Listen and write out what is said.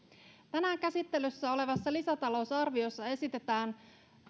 tänään käsittelyssä olevassa lisätalousarviossa esitetään